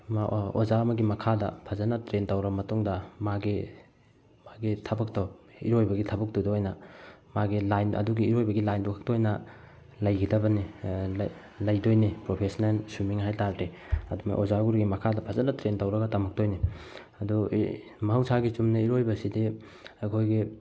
ꯑꯣꯖꯥ ꯑꯃꯒꯤ ꯃꯈꯥꯗ ꯐꯖꯅ ꯇ꯭ꯔꯦꯟ ꯇꯧꯔ ꯃꯇꯨꯡꯗ ꯃꯥꯒꯤ ꯃꯥꯒꯤ ꯊꯕꯛꯇꯣ ꯏꯔꯣꯏꯕꯒꯤ ꯊꯕꯛꯇꯨꯗ ꯑꯣꯏꯅ ꯃꯥꯒꯤ ꯂꯥꯏꯟ ꯑꯗꯨꯒꯤ ꯏꯔꯣꯏꯕꯒꯤ ꯂꯥꯏꯟꯗꯨ ꯈꯛꯇ ꯑꯣꯏꯅ ꯂꯩꯗꯣꯏꯅꯤ ꯄ꯭ꯔꯣꯐꯦꯁꯅꯦꯜ ꯁ꯭ꯋꯤꯃꯤꯡ ꯍꯥꯏꯇꯥꯔꯗꯤ ꯑꯗꯨꯅ ꯑꯣꯖꯥ ꯒꯨꯔꯨꯒꯤ ꯃꯈꯥꯗ ꯐꯖꯅ ꯇ꯭ꯔꯦꯟ ꯇꯧꯔꯒ ꯇꯝꯃꯛꯇꯣꯏꯅꯤ ꯑꯗꯨꯒꯤ ꯃꯍꯧꯁꯥꯒꯤ ꯆꯨꯝꯅꯩ ꯏꯔꯣꯏꯕꯁꯤꯗꯤ ꯑꯩꯈꯣꯏꯒꯤ